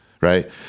Right